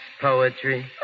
poetry